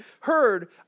heard